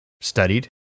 studied